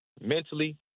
mentally